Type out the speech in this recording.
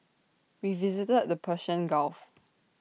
we visited the Persian gulf